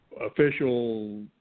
official